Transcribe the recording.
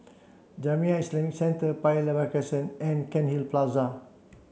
Jamiyah Islamic Centre Paya Lebar Crescent and Cairnhill Plaza